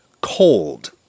cold